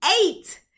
eight